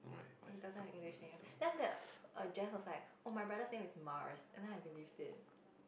he doesn't have English name then after that err Jess was like oh my brother's name is Mars and then I believe it